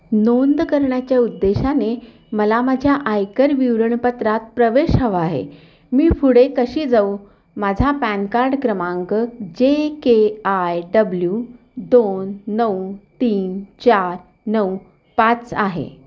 नोंद करण्याच्या उद्देशाने मला माझ्या आयकर विवरणपत्रात प्रवेश हवा आहे मी पुढे कशी जाऊ माझा पॅन काड क्रमांक जे के आय डब्ल्यू दोन नऊ तीन चार नऊ पाच आहे